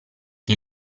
che